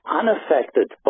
unaffected